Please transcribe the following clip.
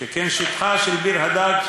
שכן שטחה של ביר-הדאג'